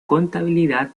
contabilidad